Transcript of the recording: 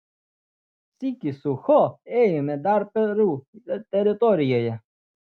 sykį su cho ėjome dar peru teritorijoje